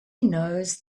knows